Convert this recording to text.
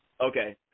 Okay